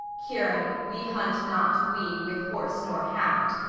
chiron, we hunt not, we, with horse nor hound,